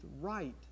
right